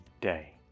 day